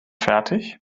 fertig